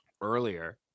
earlier